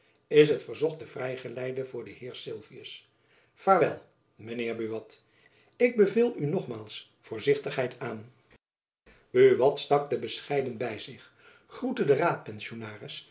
is het verzochte vrijgeleide voor den heer sylvius vaarwel mijn heer buat ik beveel u nogmaals voorzichtigheid aan buat stak de bescheiden by zich groette den raadpensionaris